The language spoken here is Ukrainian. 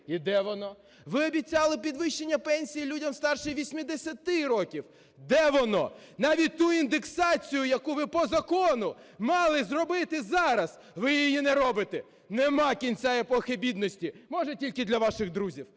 І де воно? Ви обіцяли підвищення пенсій людям, старшим 80 років. Де воно? Навіть ту індексацію, яку ви по закону мали зробити зараз, ви її не робите. Немає кінця епохи бідності, може тільки для ваших друзів.